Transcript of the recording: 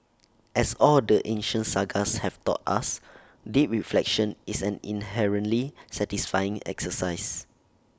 as all the ancient sages have taught us deep reflection is an inherently satisfying exercise